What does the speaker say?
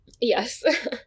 Yes